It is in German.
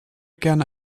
gerne